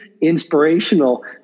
inspirational